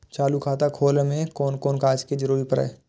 चालु खाता खोलय में कोन कोन कागज के जरूरी परैय?